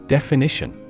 Definition